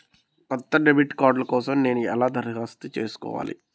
కొత్త debit card కోసం నేను ఎలా దరఖాస్తు చేయాలి?